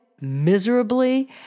miserably